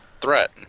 threat